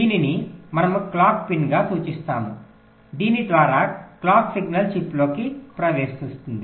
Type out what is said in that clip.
దీనిని మనము క్లాక్ పిన్గా సూచిస్తాము దీని ద్వారా క్లాక్ సిగ్నల్ చిప్లోకి ప్రవేశిస్తుంది